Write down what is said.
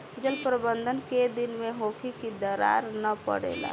जल प्रबंधन केय दिन में होखे कि दरार न परेला?